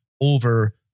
over